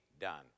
done